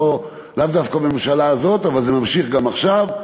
לאו דווקא בממשלה הזאת אבל זה נמשך גם עכשיו,